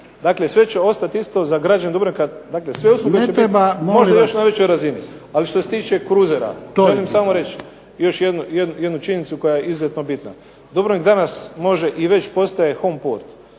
Dakle, sve će ostati isto za građane Dubrovnika. **Jarnjak, Ivan (HDZ)** Ne treba. **Matušić, Frano (HDZ)** Ali što se tiče kruzera, želim samo reći još jednu činjenicu koja je izuzetno bitna. Dubrovnik danas može i već postaje home port